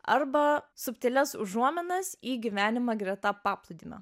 arba subtilias užuominas į gyvenimą greta paplūdimio